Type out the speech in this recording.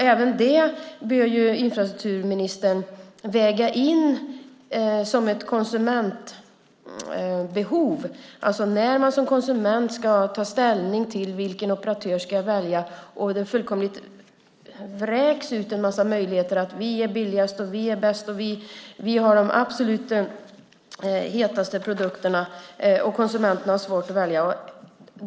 Även det bör infrastrukturministern väga in som ett konsumentbehov när man som konsument ska ta ställning till vilken operatör man ska välja. Då fullkomligt vräks det ut en massa möjligheter. Det sägs: Vi är billigast, och vi är bäst, och vi har de absolut hetaste produkterna. Konsumenterna har då svårt att välja.